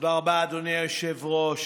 תודה רבה, אדוני היושב-ראש.